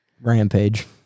Rampage